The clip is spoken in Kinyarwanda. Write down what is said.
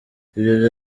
ibi